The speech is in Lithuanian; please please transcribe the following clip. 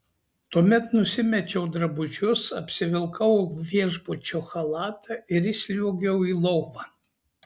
tuomet nusimečiau drabužius apsivilkau viešbučio chalatą ir įsliuogiau į lovą